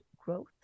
growth